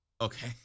Okay